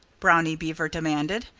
brownie beaver demanded.